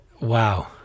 Wow